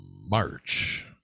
March